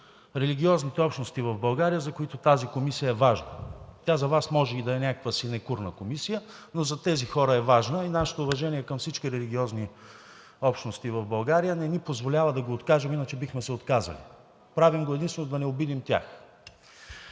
религиозните общности в България, за които тази комисия е важна. Тя за Вас може и да е някаква синекурна комисия, но за тези хора е важна и нашето уважение към всички религиозни общности в България не ни позволява да го откажем, иначе бихме се отказали. Правим го единствено за да не обидим тях.